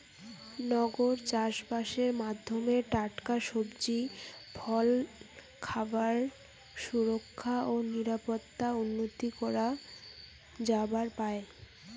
নগর চাষবাসের মাধ্যমে টাটকা সবজি, ফলে খাবার সুরক্ষা ও নিরাপত্তা উন্নতি করা যাবার পায়